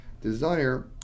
desire